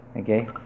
okay